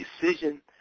decision